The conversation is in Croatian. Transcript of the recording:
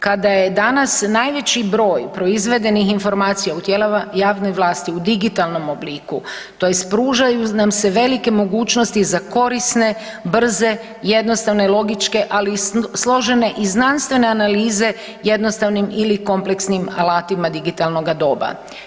Kada je danas najveći broj proizvedenih informacija u tijelima javne vlasti u digitalnom obliku tj. pružaju nam se velike mogućnosti za korisne, brze, jednostavne, logičke, ali složene i znanstvene analize jednostavnim ili kompleksnim alatima digitalnoga doba.